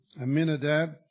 Aminadab